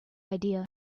idea